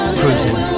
cruising